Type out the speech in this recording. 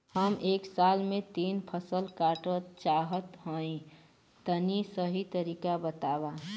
हम एक साल में तीन फसल काटल चाहत हइं तनि सही तरीका बतावा?